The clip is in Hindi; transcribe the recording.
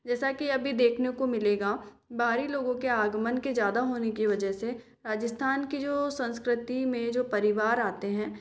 जैसा कि अभी देखने को मिलेगा बाहरी लोगों के आगमन के ज़्यादा होने की वजह से राजस्थान की जो संस्कृति में जो परिवार आते हैं